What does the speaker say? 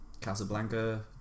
Casablanca